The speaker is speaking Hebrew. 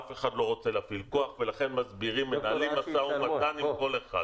אף אחד לא רוצה להפעיל כוח ולכן מסבירים ומנהלים משא ומתן עם כל אחד.